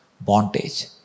bondage